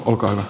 kiitoksia